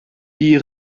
die